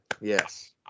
yes